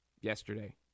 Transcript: yesterday